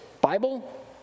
Bible